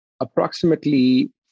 approximately